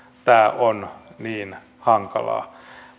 tämä on niin hankalaa